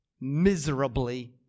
miserably